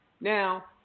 Now